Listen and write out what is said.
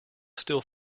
still